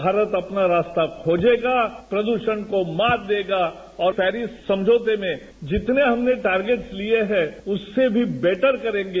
भारत अपना रास्ता खोजेगा प्रदूषण को मात देगा और पेरिस समझौते में जितने हमने टारगेटस लिये हैं उससे भी बेटर करेंगे